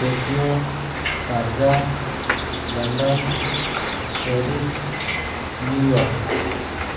Tokyo Sharjah London Paris New York